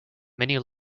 many